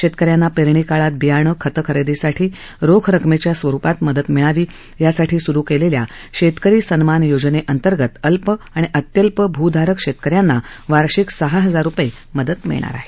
शेतकऱ्यांना पेरणी काळात बियाणं खतं खरेदीसाठी रोख रकमेच्या स्वरुपात मदत मिळावी यासाठी सुरु केलेल्या शेतकरी सन्मान योजनेअंतर्गत अल्प आणि अत्यल्प भू धारक शेतकऱ्यांना वार्षिक सहा हजार रुपये मदत मिळणार आहे